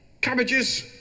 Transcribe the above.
Cabbages